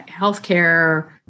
healthcare